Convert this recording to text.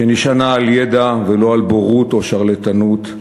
שנשענה על ידע ולא על בורות או שרלטנות,